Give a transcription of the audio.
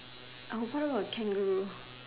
what about kangaroo